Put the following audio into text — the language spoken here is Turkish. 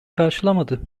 karşılamadı